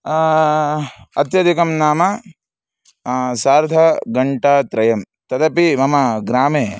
अत्यधिकं नाम सार्धगण्टात्रयं तदपि मम ग्रामे